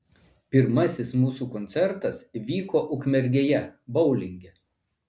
pirmasis mūsų koncertas vyko ukmergėje boulinge